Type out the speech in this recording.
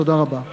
תודה רבה.